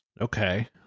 Okay